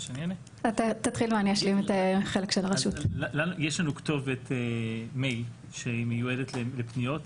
יש לנו כתובת מייל שהיא מיועדת לפניות.